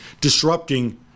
disrupting